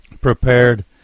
prepared